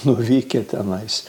nuvykę tenais